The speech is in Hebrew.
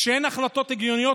כשאין החלטות הגיוניות,